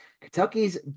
Kentucky's